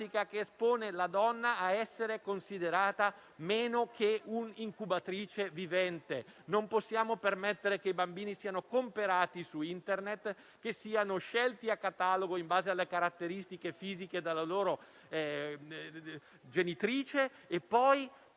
che espone la donna a essere considerata meno di un'incubatrice vivente. Non possiamo permettere che i bambini siano comprati su Internet, che siano scelti da catalogo in base alle caratteristiche fisiche dalla loro genitrice e poi